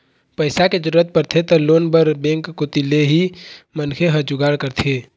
पइसा के जरूरत परथे त लोन बर बेंक कोती ले ही मनखे ह जुगाड़ करथे